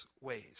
ways